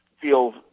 feel